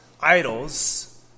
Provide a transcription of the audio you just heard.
idols